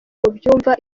mubyumva